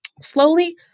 Slowly